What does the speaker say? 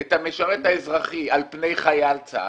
את המשרת האזרחי על פני חייל צה"ל,